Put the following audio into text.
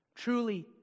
Truly